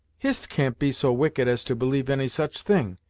hist can't be so wicked as to believe any such thing,